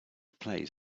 plays